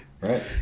Right